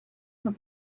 for